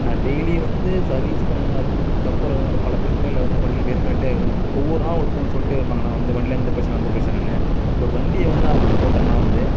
நான் டெய்லியும் வந்து சர்வீஸ் பண்ண கொடுத்ததுக்கப்பறம் வந்து பல பிரச்சனைகளை வந்து வண்டியில் ஃபேஸ் பண்ணிட்டேருக்குறேன் வந்து ஒவ்வொரு நாளும் உங்கள்ட்ட ஃபோனில் சொல்லிட்டேயிருப்பாங்களா வண்டியில் இந்த பிரச்சனை அந்த பிரச்சனைனு ஒரு வண்டியை வந்து நான் உங்கள்ட்ட போட்டோம்னா வந்து